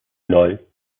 ноль